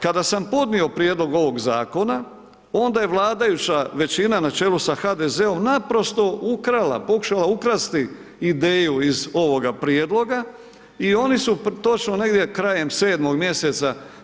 Kada sam podnio prijedlog ovog zakona, onda je vladajuća većina na čelu sa HDZ-om, naprosto ukrala, pokušala ukrasti, ideju iz ovoga prijedloga i oni su točno, negdje krajem 7. mj.